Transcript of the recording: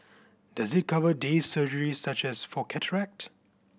does it cover day surgery such as for cataract